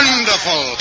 Wonderful